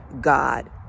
God